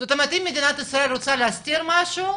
זאת אומרת, אם מדינת ישראל רוצה להסתיר משהו,